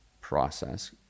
process